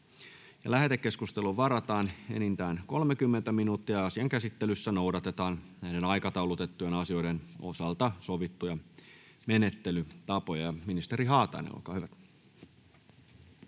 Lähetekeskusteluun varataan enintään 30 minuuttia. Asian käsittelyssä noudatetaan aikataulutettujen asioiden osalta sovittuja menettelytapoja. — Keskustelun aloittaa